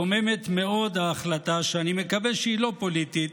מקוממת מאוד ההחלטה, שאני מקווה שהיא לא פוליטית,